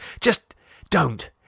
Just—don't